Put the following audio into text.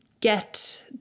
get